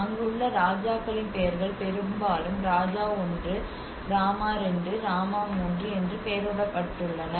அங்கு உள்ள ராஜாக்களின் பெயர்கள் பெரும்பாலும் ராஜா 1 ராமா 2 ராமா 3 என்று பெயரிடப்பட்டுள்ளன